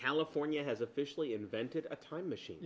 california has officially invented a time machine